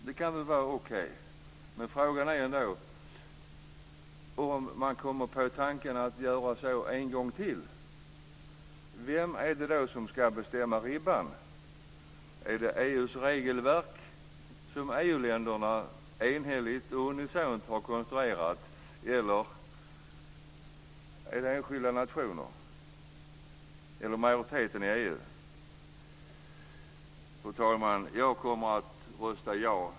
Det kan väl vara okej. Men frågan är vem som ska lägga ribban om man kommer på tanken att göra så en gång till. Är det EU:s regelverk, som EU-länderna enhälligt och unisont har konstruerat, enskilda nationer eller majoriteten i EU? Fru talman! Jag kommer att rösta ja.